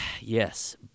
Yes